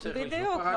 בדיוק.